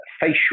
facial